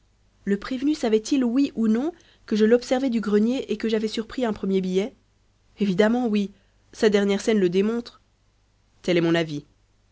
le prévenu savait-il oui ou non que je l'observais du grenier et que j'avais surpris un premier billet évidemment oui sa dernière scène le démontre tel est mon avis